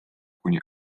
kuni